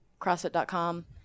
CrossFit.com